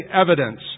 evidence